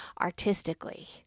artistically